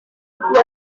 was